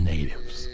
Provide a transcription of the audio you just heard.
Natives